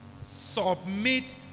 Submit